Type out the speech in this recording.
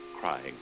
crying